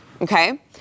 okay